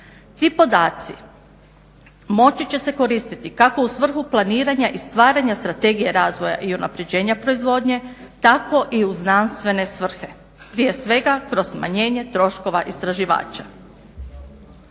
Ti podaci moći će se koristiti kako u svrhu planiranja i stvaranja strategije razvoja i unapređenja proizvodnje tako i u znanstvene svrhe prije svega kroz smanjenje troškova istraživača.